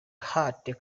hurt